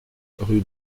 rue